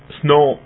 snow